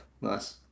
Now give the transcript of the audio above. nice